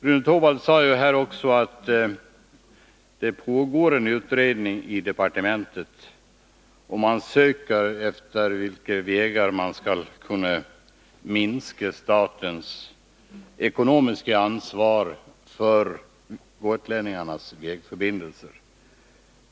Rune Torwald sade också att det pågår en utredning i departementet för att söka minska statens ekonomiska ansvar för gotlänningarnas vägförbindelser.